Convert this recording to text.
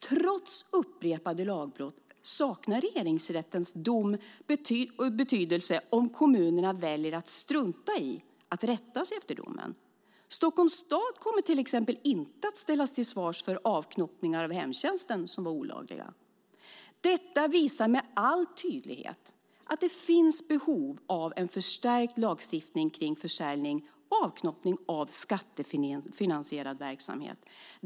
Trots upprepade lagbrott saknar Regeringsrättens dom betydelse om kommunerna väljer att strunta i att rätta sig efter domen. Stockholms stad kommer till exempel inte att ställas till svars för avknoppningar av hemtjänsten, vilka var olagliga. Detta visar med all tydlighet att det finns behov av en förstärkt lagstiftning kring försäljning och avknoppning av skattefinansierad verksamhet.